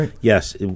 Yes